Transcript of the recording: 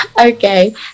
Okay